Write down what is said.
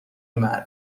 مرگ